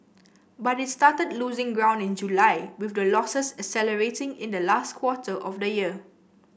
but it started losing ground in July with the losses accelerating in the last quarter of the year